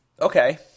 okay